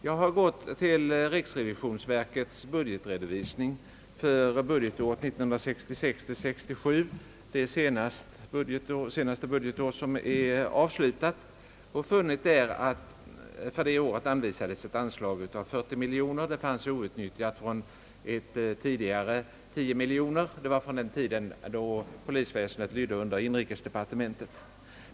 Jag har gått till riksrevisionsverkets budgetredovisning för 1966/67, det senaste budgetår som är avslutat, och där funnit att för detta år anvisades ett anslag av 40 miljoner — tidigare fanns 10 miljoner som inte utnyttjats under den tid då polisväsendet hörde till inrikesdepartementet.